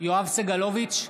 יואב סגלוביץ'